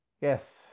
yes